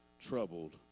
troubled